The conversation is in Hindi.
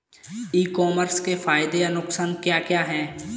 ई कॉमर्स के फायदे या नुकसान क्या क्या हैं?